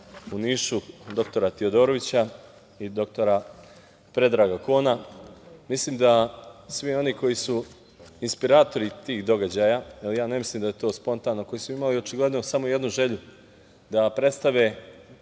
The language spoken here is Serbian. u Nišu dr Tiodorovića i dr Predraga Kona. Mislim da svi oni koji su inspiratori tih događaja, ne mislim da je to spontano, koji su imali samo jednu želju da predstave